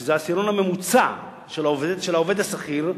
שזה העשירון הממוצע של העובד השכיר,